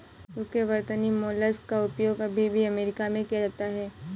UK वर्तनी mollusc का उपयोग अभी भी अमेरिका में किया जाता है